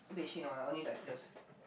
only like this